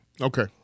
Okay